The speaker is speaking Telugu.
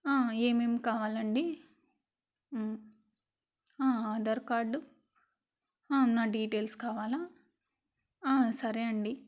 ఏమేం కావాలండి ఆధార్ కార్డు నా డీటెయిల్స్ కావాలా సరే అండి